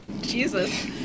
jesus